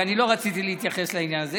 ואני לא רציתי להתייחס לעניין הזה,